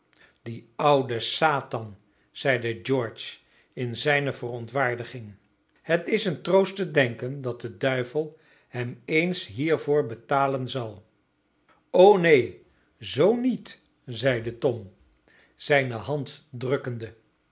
die oude satan zeide george in zijne verontwaardiging het is een troost te denken dat de duivel hem eens hiervoor betalen zal o neen zoo niet zeide tom zijne hand drukkende